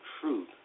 truth